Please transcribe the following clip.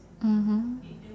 mmhmm